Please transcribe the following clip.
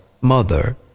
mother